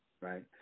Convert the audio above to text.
right